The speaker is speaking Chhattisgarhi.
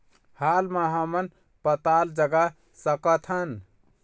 हाल मा हमन पताल जगा सकतहन?